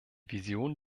vision